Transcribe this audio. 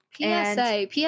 PSA